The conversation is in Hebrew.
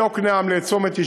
מיקנעם לצומת ישי,